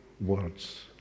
words